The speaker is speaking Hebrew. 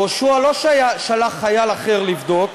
יהושע לא שלח חייל אחר לבדוק